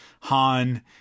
han